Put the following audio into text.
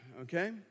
okay